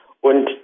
Und